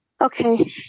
Okay